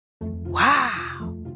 Wow